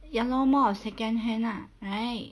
ya lor more of second hand lah right